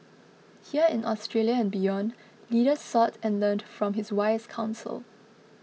here in Australia and beyond leaders sought and learned from his wise counsel